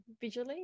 visually